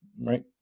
right